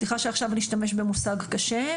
סליחה שעכשיו אני אשתמש במושג קשה,